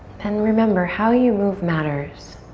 then remember how you move matters